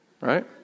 Right